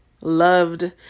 loved